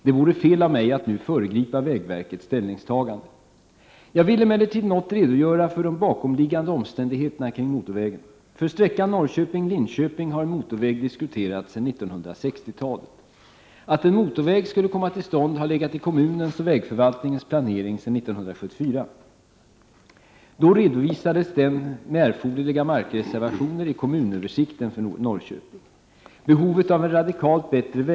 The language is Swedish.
Det vore fel av mig att nu föregripa vägverkets ställningstagande. Jag vill emellertid något redogöra för de bakomliggande omständigheterna kring motorvägen. För sträckan Norrköping-Linköping har en motorväg diskuterats sedan 1960-talet. Att en motorväg skulle komma till stånd har legat i kommunens och vägförvaltningens planering sedan 1974. Då redovisades den med erforderliga markreservationer i kommunöversikten för Norrköping. Behovet av en radikalt bättre vägstandard västerut från Prot.